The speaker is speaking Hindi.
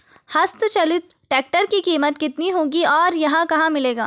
हस्त चलित ट्रैक्टर की कीमत कितनी होगी और यह कहाँ मिलेगा?